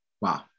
Wow